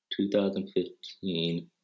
2015